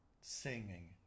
singing